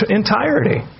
entirety